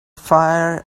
fire